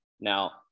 Now